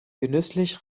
genüsslich